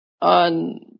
on